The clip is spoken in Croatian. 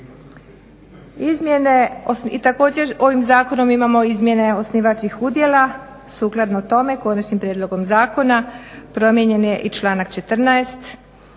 Također, ovim zakonom imamo izmjene osnivačkih udjela. Sukladno tome konačnim prijedlogom zakona promijenjen je i članak 14.,